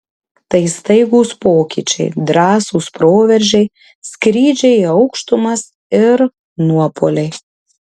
tai staigūs pokyčiai drąsūs proveržiai skrydžiai į aukštumas ir nuopuoliai